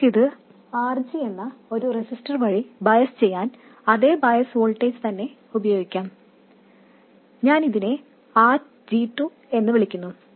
നിങ്ങൾക്ക് ഇത് RG എന്ന ഒരു റെസിസ്റ്റർ വഴി ബയസ് ചെയ്യാൻ അതേ ബയസ് വോൾട്ടേജ് തന്നെ ഉപയോഗിക്കാം ഇതിനെ RG2 എന്നു വിളിക്കുന്നു